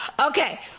okay